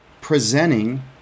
presenting